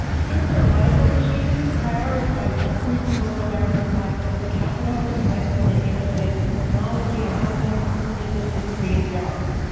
um since her arrival she has prioritized increasing rural america's access to capital, invested in innovative technology and helping businesses create jobs.